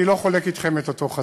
אני לא חולק אתכם את אותו חזון.